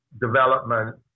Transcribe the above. development